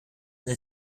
eine